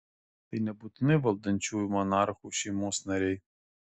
tai nebūtinai valdančiųjų monarchų šeimos nariai